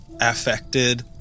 affected